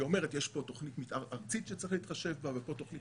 היא אומרת שיש פה תוכנית מתאר ארצית שצריך להתחשב בה ופה תוכנית